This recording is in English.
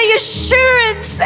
assurance